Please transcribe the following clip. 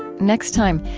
next time,